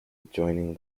adjoining